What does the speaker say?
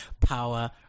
Power